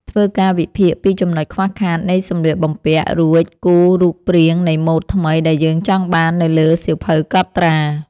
ធ្វើការវិភាគពីចំណុចខ្វះខាតនៃសម្លៀកបំពាក់ រួចគូររូបព្រាងនៃម៉ូដថ្មីដែលយើងចង់បាននៅលើសៀវភៅកត់ត្រា។